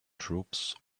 troops